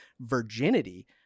virginity